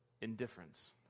indifference